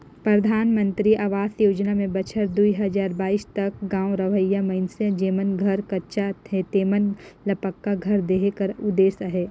परधानमंतरी अवास योजना में बछर दुई हजार बाइस तक गाँव रहोइया मइनसे जेमन कर घर कच्चा हे तेमन ल पक्का घर देहे कर उदेस अहे